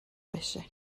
بشه